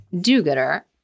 do-gooder